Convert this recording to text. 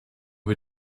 wir